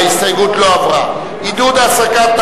ההסתייגות של קבוצת סיעות